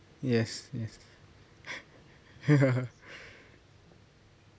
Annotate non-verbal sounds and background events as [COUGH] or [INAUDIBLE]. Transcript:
yes yes [LAUGHS]